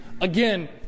Again